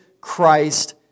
Christ